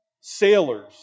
sailors